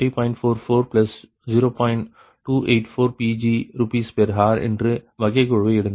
284 Pg Rshr என்னும் வகைக்கெழுவை எடுங்கள்